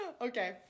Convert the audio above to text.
Okay